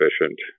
efficient